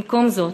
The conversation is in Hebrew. במקום זאת,